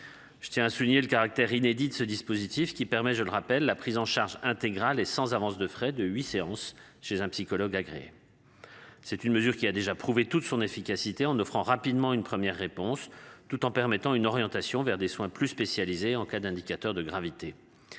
Je tiens à souligner le caractère inédit de ce dispositif qui permet, je le rappelle, la prise en charge intégrale et sans avance de frais de 8 séances chez un psychologue agréé. C'est une mesure qui a déjà prouvé toute son efficacité en offrant rapidement une première réponse tout en permettant une orientation vers des soins plus spécialisé en cas d'indicateurs de gravité.